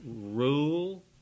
rule